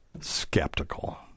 Skeptical